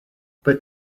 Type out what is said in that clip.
but